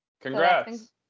Congrats